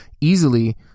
easily